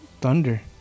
Thunder